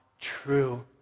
true